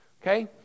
Okay